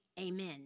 Amen